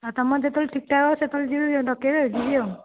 ଆଉ ତୁମର ଯେତେବେଳେ ଠିକ ଠାକ ହେବ ସେତେବେଳେ ଯିବି ଆଉ ଡକାଇବେ ଯିବି ଆଉ